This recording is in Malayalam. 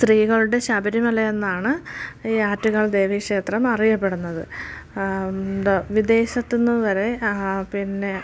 സ്ത്രീകളുടെ ശബരിമല എന്നാണ് ഈ ആറ്റുകാൽ ദേവീക്ഷേത്രം അറിയപ്പെടുന്നത് എന്താ വിദേശത്തുന്ന് വരെ പിന്നെ